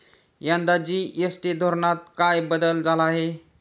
यंदा जी.एस.टी धोरणात काय बदल झाला आहे?